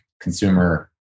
consumer